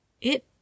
It